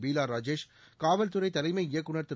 பீலாராஜேஷ் காவல்துறைதலைமை இயக்குநர் திரு